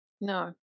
no